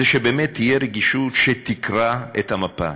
זה שבאמת תהיה רגישות שתקרא את המפה,